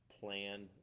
plan